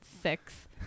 six